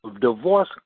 divorce